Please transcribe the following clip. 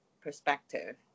perspective